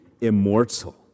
immortal